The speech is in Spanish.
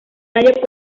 tallo